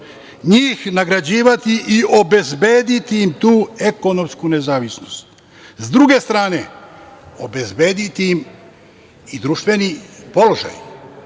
njih nagrađivati i obezbediti im tu ekonomsku nezavisnost.S druge strane, obezbediti im i društveni položaj.